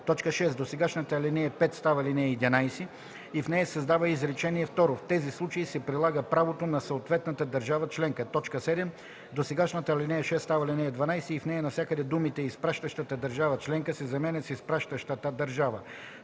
9”. 6. Досегашната ал. 5 става ал. 11 и в нея се създава изречение второ: „В тези случаи се прилага правото на съответната държава членка”. 7. Досегашната ал. 6 става ал. 12 и в нея навсякъде думите „изпращащата държава членка” се заменят с „изпращащата държава”.